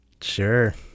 Sure